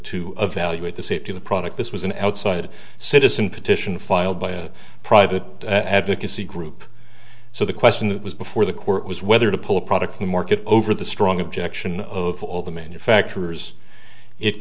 evaluate the safety of the product this was an outside citizen petition filed by a private advocacy group so the question that was before the court was whether to pull a product to market over the strong objection of all the manufacturers it